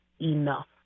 enough